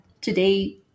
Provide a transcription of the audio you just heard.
today